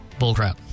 bullcrap